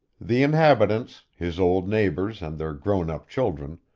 the inhabitants, his old neighbors and their grown-up children,